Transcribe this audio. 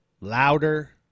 louder